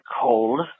cold